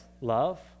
love